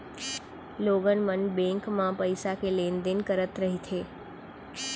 लोगन मन बेंक म पइसा के लेन देन करत रहिथे